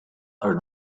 are